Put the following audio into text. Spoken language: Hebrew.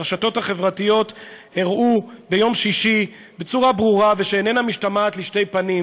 הרשתות החברתיות הראו ביום שישי בצורה ברורה ושאיננה משתמעת לשתי פנים